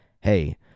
Hey